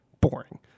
boring